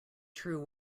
true